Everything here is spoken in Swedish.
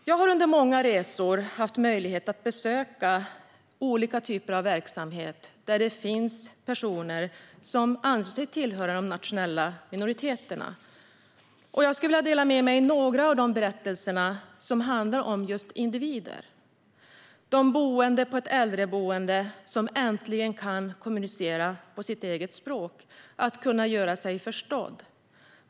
Jag har under många resor haft möjlighet att besöka olika verksamheter där det finns personer som anses tillhöra de nationella minoriteterna, och jag skulle vilja dela med mig några berättelser som handlar om individer. Det handlar om den boende på ett äldreboende som äntligen kan kommunicera på sitt eget språk och göra sig förstådd.